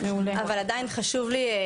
אבל עדיין חשוב לי.